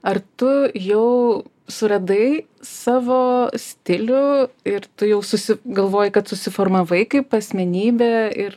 ar tu jau suradai savo stilių ir tu jau susi galvoji kad susiformavai kaip asmenybė ir